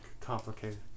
complicated